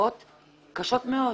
ספקות קשות מאוד.